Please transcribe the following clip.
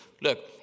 Look